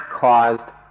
caused